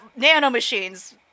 nanomachines